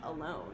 alone